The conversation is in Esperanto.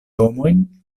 domojn